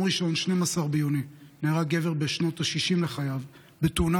ראשון 12 ביוני נהרג גבר בשנות השישים לחייו בתאונה